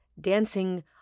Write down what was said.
dancing